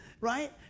right